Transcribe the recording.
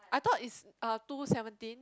I thought is uh two seventeen